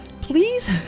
Please